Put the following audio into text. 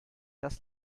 das